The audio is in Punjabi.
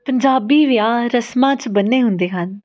ਪੰਜਾਬੀ ਵਿਆਹ ਰਸਮਾਂ 'ਚ ਬੰਨੇ ਹੁੰਦੇ ਹਨ